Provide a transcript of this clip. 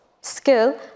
skill